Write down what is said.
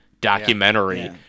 documentary